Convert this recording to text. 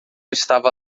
estava